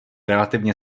relativně